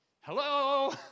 Hello